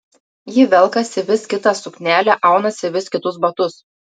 ji velkasi vis kitą suknelę aunasi vis kitus batus